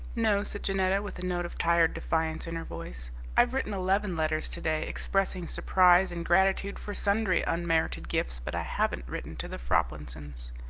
no, said janetta, with a note of tired defiance in her voice i've written eleven letters to-day expressing surprise and gratitude for sundry unmerited gifts, but i haven't written to the froplinsons.